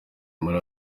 muri